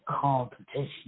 competition